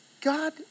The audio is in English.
God